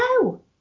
no